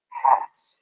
hats